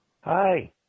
Hi